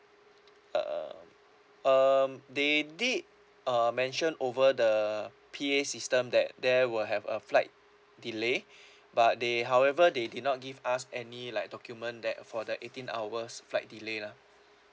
uh um they did uh mention over the P_A system that there will have a flight delay but they however they did not give us any like document that for the eighteen hours flight delay lah